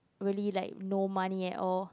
really like no money at all